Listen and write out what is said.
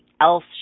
else